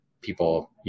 people